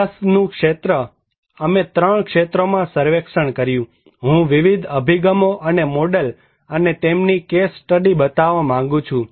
અભ્યાસનું ક્ષેત્ર અમે 3 ક્ષેત્રોમાં સર્વેક્ષણ કર્યું હું વિવિધ અભિગમો અને મોડેલ અને તેમની કેસ સ્ટડી બતાવવા માંગુ છું